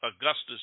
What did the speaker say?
Augustus